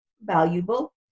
valuable